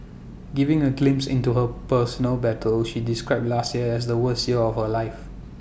giving A glimpse into her personal battles she described last year as the worst year of her life